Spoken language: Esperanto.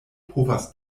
povas